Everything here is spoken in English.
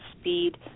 speed